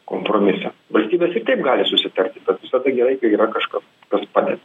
kompromisą valstybės ir taip gali susitarti bet tiesiog negerai kai yra kažkas kas padeda